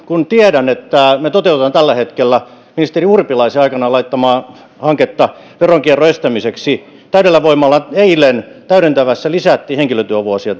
kun tiedän että me toteutamme tällä hetkellä ministeri urpilaisen aikanaan alulle laittamaa hanketta veronkierron estämiseksi ja täydellä voimalla eilen täydentävässä lisättiin henkilötyövuosia